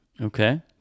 Okay